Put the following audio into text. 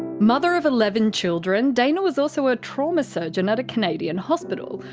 mother of eleven children, dana was also a trauma surgeon at a canadian hospital.